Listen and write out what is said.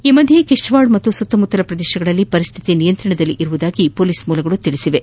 ಈ ಮಧ್ಯೆ ಕಿಶ್ತ್ವಾರ್ ಮತ್ತು ಸುತ್ತಲಿನ ಪ್ರದೇಶಗಳಲ್ಲಿ ಪರಿಸ್ತಿತಿ ನಿಯಂತ್ರಣದಲ್ಲಿದೆ ಎಂದು ಪೊಲೀಸ್ ಮೂಲಗಳು ತಿಳಿಸಿವೆ